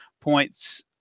points